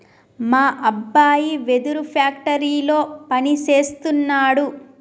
మా అబ్బాయి వెదురు ఫ్యాక్టరీలో పని సేస్తున్నాడు